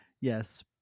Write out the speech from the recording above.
yes